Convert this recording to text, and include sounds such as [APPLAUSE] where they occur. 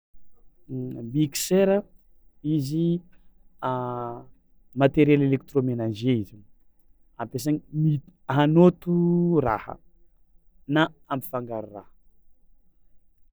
N- miksera izy [HESITATION] matériel électroménager izy ampiasaigny mi- hanôto raha na ampifangaro raha.